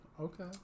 Okay